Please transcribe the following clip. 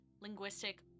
linguistic